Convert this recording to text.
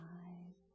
eyes